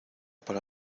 para